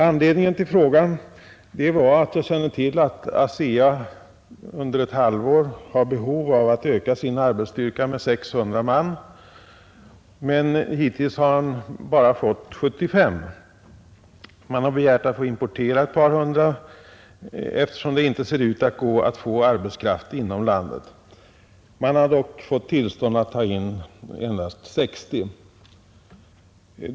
Anledningen till frågan var att jag kände till att ASEA under ett halvår har behov av att öka sin arbetskraft med 600 man, men hittills bara fått 75. Man har begärt att få importera ett par hundra man, eftersom det inte ser ut att gå att få arbetskraft inom landet. Man har dock fått tillstånd att ta in endast 60 man.